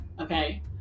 okay